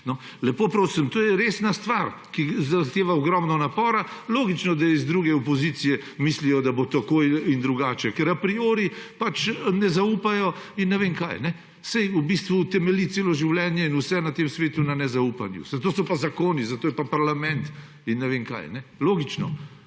Lepo prosim, to je resna stvar, ki zahteva ogromno napora. Logično, da iz druge opozicije mislijo, da bo tako in drugače, ker a priori pač ne zaupajo. Saj v bistvu temelji celo življenje in vse na tem svetu na nezaupanju. Zato so pa zakoni, zato je pa parlament. Logično.